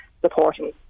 supporting